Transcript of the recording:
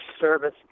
service